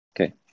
Okay